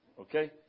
Okay